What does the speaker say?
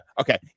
Okay